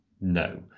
No